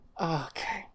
Okay